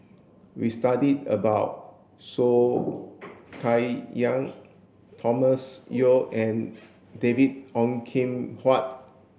we studied about Soh Kay Yang Thomas Yeo and David Ong Kim Huat